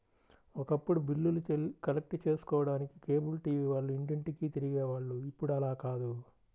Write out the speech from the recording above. ఒకప్పుడు బిల్లులు కలెక్ట్ చేసుకోడానికి కేబుల్ టీవీ వాళ్ళు ఇంటింటికీ తిరిగే వాళ్ళు ఇప్పుడు అలా కాదు